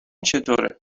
چطوره